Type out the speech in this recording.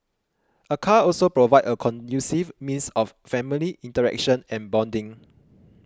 a car also provides a conducive means of family interaction and bonding